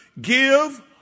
Give